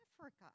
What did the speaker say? Africa